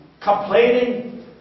complaining